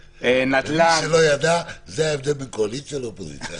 למי שלא ידע: זה ההבדל בין קואליציה לאופוזיציה.